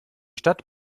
stadt